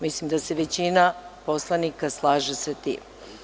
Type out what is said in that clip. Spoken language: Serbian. Mislim da se većina poslanika slaže sa tim.